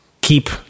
keep